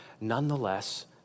nonetheless